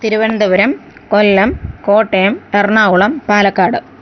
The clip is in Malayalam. തിരുവനന്തപുരം കൊല്ലം കോട്ടയം എറണാകുളം പാലക്കാട്